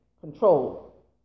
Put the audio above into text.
control